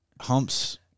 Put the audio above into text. humps